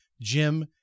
Jim